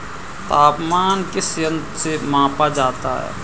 तापमान किस यंत्र से मापा जाता है?